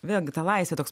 vėl gi ta laisvė toks